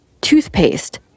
toothpaste